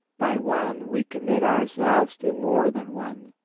by one we commit ourselves to more than one.